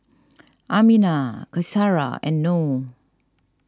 Aminah Qaisara and Noh